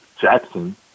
Jackson